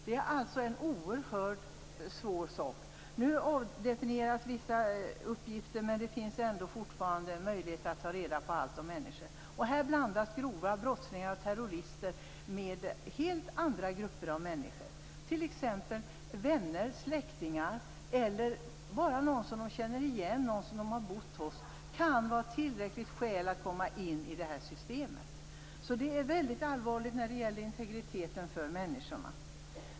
Det här är alltså en oerhört svår sak. Nu avdefinieras vissa uppgifter, men det finns ändå fortfarande möjligheter att ta reda på allt om människor. Här blandas grova brottslingar och terrorister med helt andra grupper av människor, t.ex. vänner, släktingar eller sådana som man bara känner igen, sådana som man har bott hos. Det kan vara tillräckligt skäl att komma in i systemet. Det är därför väldigt allvarligt när det gäller integriteten för människorna.